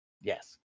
Yes